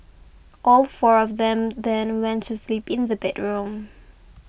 all four of them then went to sleep in the bedroom